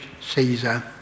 Caesar